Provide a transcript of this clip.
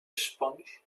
sponge